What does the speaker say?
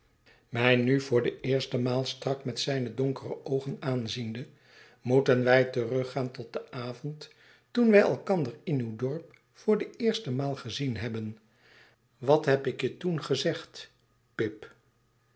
mij ne vraag nu voor de eerste maal strak metzijne donkere oogen aanziende moeten wij teruggaan tot den avond toen wij elkander in uw dorp voor de eerste maal gezien hebben wat heb ik je toen gezegd pip